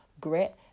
grit